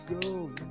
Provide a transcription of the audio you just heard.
go